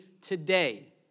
today